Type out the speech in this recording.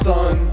Sun